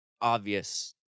obvious